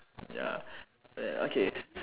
ya ya okay